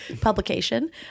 publication